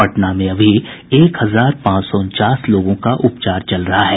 पटना में अभी एक हजार पांच सौ उनचास लोगों का उपचार चल रहा है